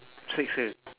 seksa